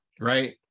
right